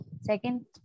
Second